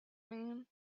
man